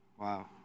Wow